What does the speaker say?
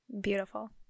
Beautiful